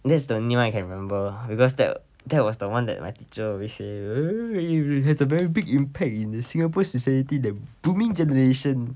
that's the only one I can remember because that that was the one that my teacher always say has a very big impact in the singapore society that booming generation